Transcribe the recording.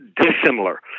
dissimilar